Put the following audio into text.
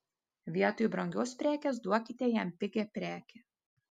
vietoj brangios prekės duokite jam pigią prekę